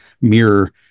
mirror